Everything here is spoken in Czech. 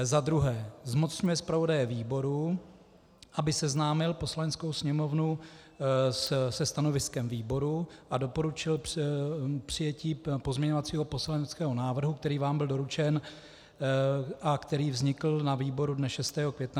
II. zmocňuje zpravodaje výboru, aby seznámil Poslaneckou sněmovnu se stanoviskem výboru a doporučil přijetí pozměňovacího poslaneckého návrhu, který vám byl doručen a který vznikl na výboru dne 6. května 2016;